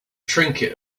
trinket